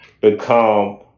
become